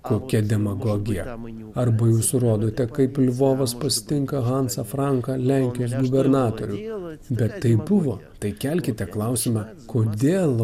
kokia demagogija arba jūs rodote kaip lvovas pasitinka hansą franką lenkijos gubernatorių bet taip buvo tai kelkite klausimą kodėl